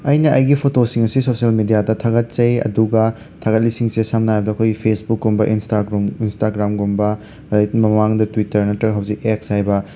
ꯑꯩꯅ ꯑꯩꯒꯤ ꯐꯣꯇꯣꯁꯤꯡ ꯑꯁꯤ ꯁꯣꯁꯦꯜ ꯃꯦꯗꯤꯌꯥꯗ ꯊꯥꯒꯠꯆꯩ ꯑꯗꯨꯒ ꯊꯥꯒꯠꯂꯤꯁꯤꯡꯁꯦ ꯁꯝꯅ ꯍꯥꯏꯔꯕꯗ ꯑꯩꯈꯣꯏꯒꯤ ꯐꯦꯁꯕꯨꯛꯀꯨꯝꯕ ꯏꯟꯁꯇꯥꯒ꯭ꯔꯨꯝ ꯏꯟꯁꯇꯥꯒ꯭ꯔꯥꯝꯒꯨꯝꯕ ꯃꯃꯥꯡꯗ ꯇ꯭ꯋꯤꯇꯔ ꯅꯠꯇ꯭ꯔꯒ ꯍꯧꯖꯤꯛ ꯑꯦꯛꯁ ꯍꯥꯏꯕ